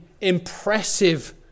impressive